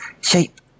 shape